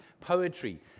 poetry